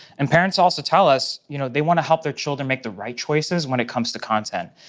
and parents also tell us you know they want to help their children make the right choices when it comes to content.